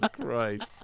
Christ